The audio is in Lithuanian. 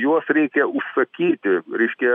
juos reikia užsakyti reiškia